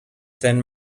then